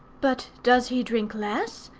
but does he drink less?